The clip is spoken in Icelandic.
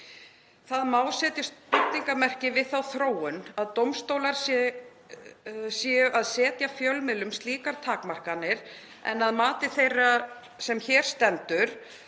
Það má setja spurningarmerki við þá þróun að dómstólar séu að setja fjölmiðlum slíkar takmarkanir, en að mati þeirrar sem hér stendur